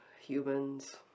Humans